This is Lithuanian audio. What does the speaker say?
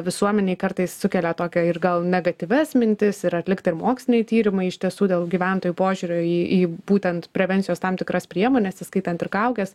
visuomenei kartais sukelia tokią ir gal negatyvias mintis ir atlikta ir moksliniai tyrimai iš tiesų dėl gyventojų požiūrio į į būtent prevencijos tam tikras priemones įskaitant ir kaukes